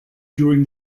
during